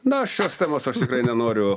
na aš šios temos aš tikrai nenoriu